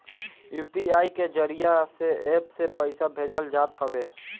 UPI के जरिया से एप्प से पईसा भेजल जात हवे